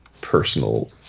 personal